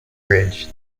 bridge